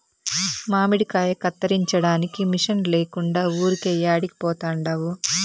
మామిడికాయ కత్తిరించడానికి మిషన్ లేకుండా ఊరికే యాడికి పోతండావు